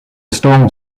store